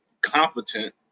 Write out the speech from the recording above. competent